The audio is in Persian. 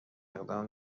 اقدام